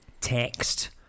text